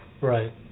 Right